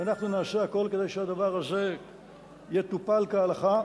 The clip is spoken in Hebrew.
ואנחנו נעשה הכול כדי שהדבר הזה יטופל כהלכה.